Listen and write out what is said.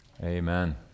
Amen